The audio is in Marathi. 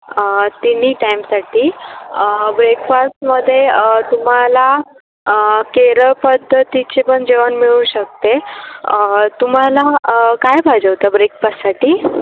तिन्ही टाईमसाठी ब्रेकफासमध्ये तुम्हाला केरळ पद्धतीचे पण जेवण मिळू शकते तुम्हाला काय पाहिजे होतं ब्रेकफाससाठी